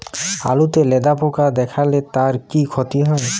আলুতে লেদা পোকা দেখালে তার কি ক্ষতি হয়?